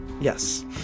Yes